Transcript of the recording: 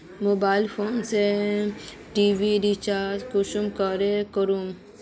Mobile phone से TV recharge कुंसम करे करूम?